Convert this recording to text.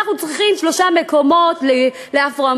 אנחנו צריכים שלושה מקומות לאפרו-אמריקנים